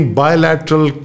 bilateral